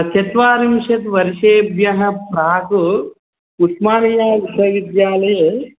चत्वारिंशद् वर्षेभ्यः प्राक् उस्मानिया विश्वविद्यालये